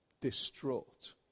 distraught